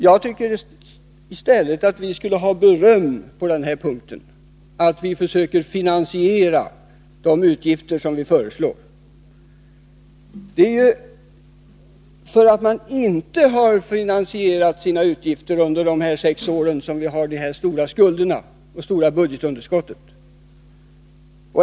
Jag tycker i stället att vi skulle få beröm på den här punkten för att vi försöker finansiera de utgifter som vi föreslår. Under de sex år som de stora skulderna och det stora underskottet har uppkommit har man inte finansierat sina utgifter.